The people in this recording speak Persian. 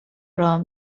راه